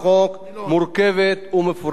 ובמהלך הדיונים עלו סוגיות רבות.